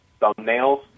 thumbnails